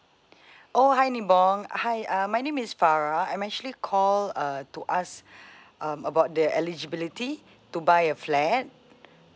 oh hi nibong hi uh my name is farah I'm actually call uh to ask um about the eligibility to buy a flat